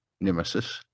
Nemesis